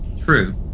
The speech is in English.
True